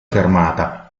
fermata